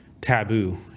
taboo